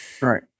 Right